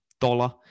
dollar